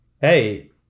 hey